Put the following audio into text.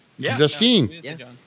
Justine